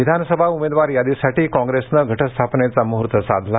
विधानसभा उमेदवार यादीसाठी कॉंग्रेसनं घटस्थापनेचा मुहर्त साधला